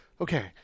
okay